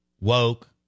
Woke